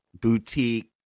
boutique